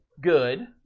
good